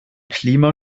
klima